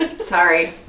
sorry